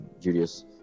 Judas